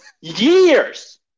years